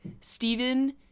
Stephen